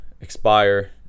expire